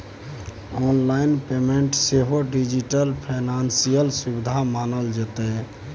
online payment सेहो digital financial सुविधा मानल जेतै